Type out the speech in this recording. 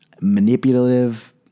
Manipulative